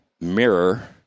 mirror